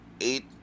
eight